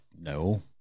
No